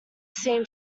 seem